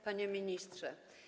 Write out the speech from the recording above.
Panie Ministrze!